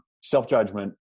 self-judgment